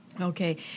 Okay